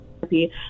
therapy